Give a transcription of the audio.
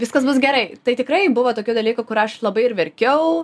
viskas bus gerai tai tikrai buvo tokių dalykų kur aš labai ir verkiau